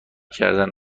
کردن